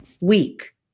week